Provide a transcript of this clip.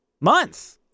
month